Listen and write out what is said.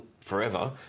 forever